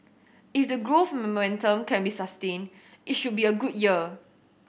if the growth momentum can be sustained it should be a good year